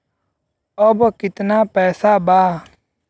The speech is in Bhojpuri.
अब कितना पैसा बा?